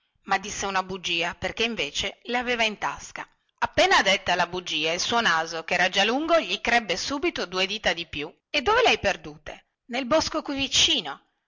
ma disse una bugia perché invece le aveva in tasca appena detta la bugia il suo naso che era già lungo gli crebbe subito due dita di più e dove le hai perdute nel bosco qui vicino